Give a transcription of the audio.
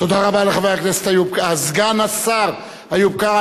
תודה רבה לחבר הכנסת, סגן השר איוב קרא.